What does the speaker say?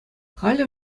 халӗ